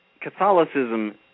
Catholicism